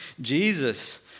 Jesus